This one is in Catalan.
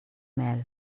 mel